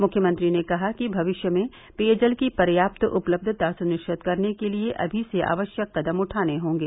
मुख्यमंत्री ने कहा कि भविष्य में पेयजल की पर्याप्त उपलब्धता सुनिश्चित करने के लिए अभी से आवश्यक कदम उठाने हॉगें